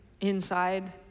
inside